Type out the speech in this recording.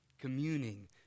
communing